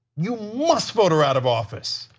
you must vote her out of office.